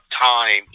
time